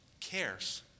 cares